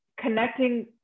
connecting